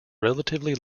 relatively